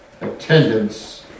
attendance